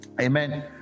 Amen